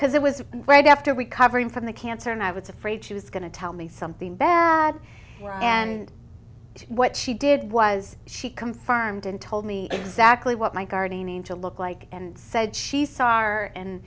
because it was right after we covering from the cancer and i was afraid she was going to tell me something bad and what she did was she confirmed and told me exactly what my gardening to look like and said she saw our and